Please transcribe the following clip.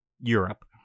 Europe